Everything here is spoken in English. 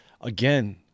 again